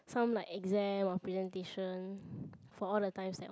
some like exam or presentation for all the times that one